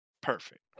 Perfect